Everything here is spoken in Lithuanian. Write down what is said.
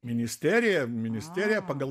ministerija ministerija pagal